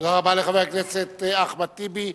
תודה רבה לחבר הכנסת אחמד טיבי.